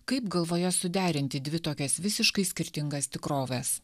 kaip galvoje suderinti dvi tokias visiškai skirtingas tikroves